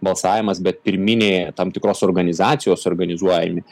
balsavimas bet pirminė tam tikros organizacijos organizuojami